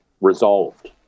resolved